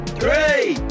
three